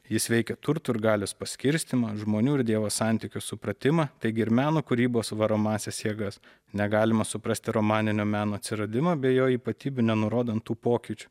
jis veikė turtų ir galios paskirstymą žmonių ir dievo santykių supratimą taigi ir meno kūrybos varomąsias jėgas negalima suprasti romaninio meno atsiradimo be jo ypatybių nenurodant tų pokyčių